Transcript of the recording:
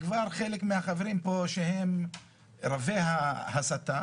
וכבר חלק מהחברים פה, שהם רבי ההסתה,